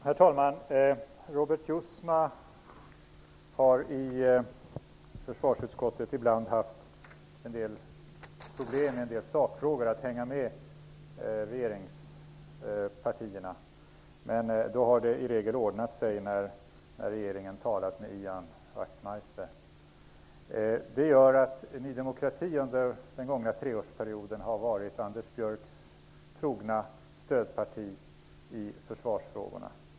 Herr talman! Robert Jousma har i försvarsutskottet ibland haft en del problem när det gällt att följa regeringspartierna i en del sakfrågor. Men då har det i regel ordnat sig när regeringen talat med Ian Wachtmeister. Det har inneburit att Ny demokrati under den gångna treårsperioden har varit Anders Björcks trogna stödparti i försvarsfrågorna.